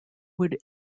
would